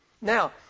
Now